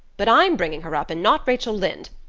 but i'm bringing her up and not rachel lynde,